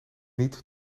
niet